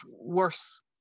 worse